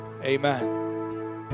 Amen